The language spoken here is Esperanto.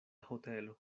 hotelo